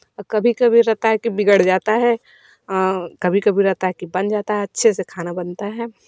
और कभी कभी रहता है कि बिगड़ जाता है कभी कभी रहता है कि बन जाता है अच्छे से खाना बनता है